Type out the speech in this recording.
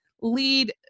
lead